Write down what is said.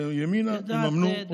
שימינה יממנו עוזר נוסף.